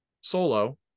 solo